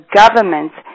governments